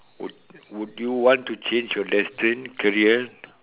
would would you want to change your destined career